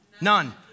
None